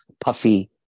puffy